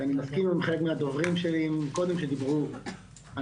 אני מסכים עם חלק מהדוברים שלי מקודם שדיברו על